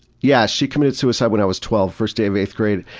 yeah, she committed suicide when i was twelve. first day of eighth grade,